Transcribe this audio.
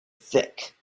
thick